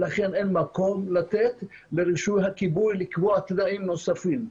לכן אין מקום לתת ברישוי הכיבוי לקבוע תנאים נוספים.